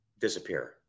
disappear